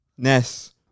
Ness